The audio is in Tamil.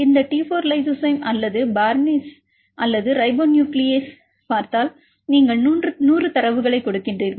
இந்த டி 4 லைசோசைம் அல்லது பார்னேஸ் அல்லது ரைபோ நியூக்ளியேஸில் பார்த்தால் நீங்கள் 100 தரவுகளைக் கொடுக்கிறீர்கள்